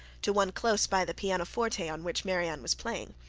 to one close by the piano forte on which marianne was playing,